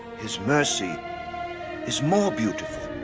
his mercy is more beautiful.